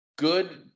good